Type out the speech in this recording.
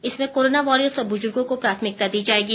इसमें corona warriors और बुजुर्गों को प्राथमिकता दी जायेगी